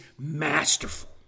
masterful